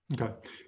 okay